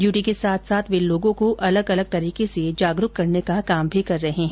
duty के साथ साथ वे लोगों को अलग अलग तरीके से जागरूक करने का काम भी कर रहे हैं